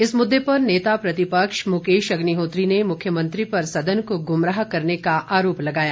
इस मुद्दे पर नेता प्रतिपक्ष मुकेश अग्निहोत्री ने मुख्यमंत्री पर सदन को गुमराह करने का आरोप लगाया